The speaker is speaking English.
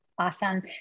Awesome